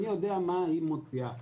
אני יודע מה היא מוציאה.